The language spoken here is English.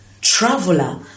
traveler